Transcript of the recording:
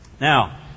Now